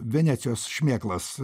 venecijos šmėklas